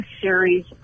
series